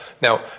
Now